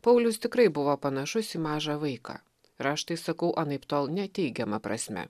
paulius tikrai buvo panašus į mažą vaiką ir aš tai sakau anaiptol ne teigiama prasme